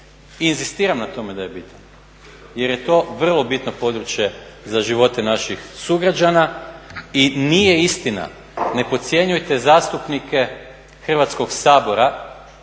inzistiram na tome da je bitan jer je to vrlo bitno područje za živote naših sugrađana. I nije istina, ne podcjenjujte zastupnike Hrvatskog sabora,